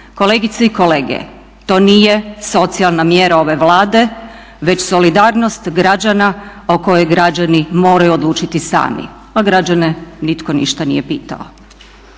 Kolegice i kolege to nije socijalna mjera ove Vlade, već solidarnost građana o kojoj građani moraju odlučiti sami. A građane nitko ništa nije pitao.